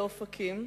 באופקים,